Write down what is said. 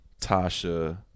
Tasha